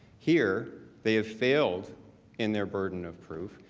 here they have failed in their burden of proof.